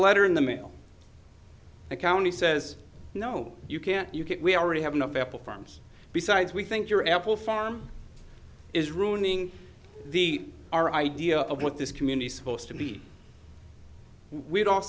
letter in the mail account he says no you can't you can't we already have enough apple farms besides we think your apple farm is ruining the our idea of what this community supposed to be we don't